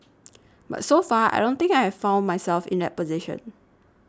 but so far I don't think I've found myself in that position